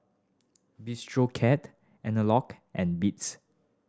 Bistro Cat Anello and Beats